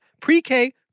pre-K